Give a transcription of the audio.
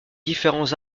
différents